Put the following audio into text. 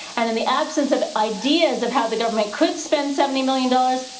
and in the absence of ideas of how the government could spend seventy million dollars,